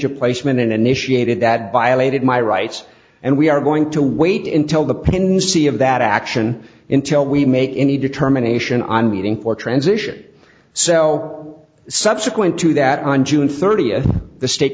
of placement in initiated that violated my rights and we are going to wait until the pin see of that action in till we make any determination on meeting for transition so subsequent to that on june th the state